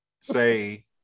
say